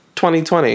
2020